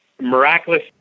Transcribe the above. miraculous